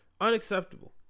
Unacceptable